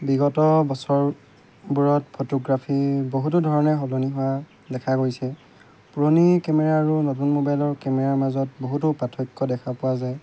বিগত বছৰবোৰত ফটোগ্ৰাফি বহুতো ধৰণে সলনি হোৱা দেখা গৈছে পুৰণি কেমেৰা আৰু নতুন মোবাইলৰ কেমেৰাৰ মাজত বহুতো পাৰ্থক্য দেখা পোৱা যায়